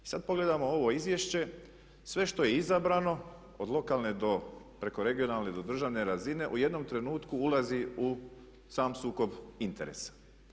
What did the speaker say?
I sad pogledamo ovo izvješće sve što je izabrano od lokalne do preko regionalne do državne razine u jednom trenutku ulazi u sam sukob interesa.